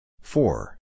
Four